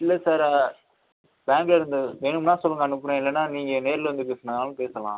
இல்லை சார் ஆ பேங்க்லிருந்து வேணும்னால் சொல்லுங்கள் அனுப்புகிறேன் இல்லை நீங்கள் நேரில் வந்து பேசுவதுனாலும் பேசலாம்